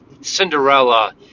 Cinderella